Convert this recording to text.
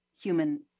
human